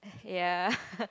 ya